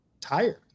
tired